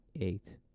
eight